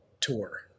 tour